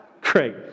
Great